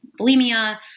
bulimia